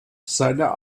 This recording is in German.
seiner